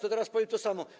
To teraz powiem to samo.